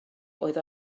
oedd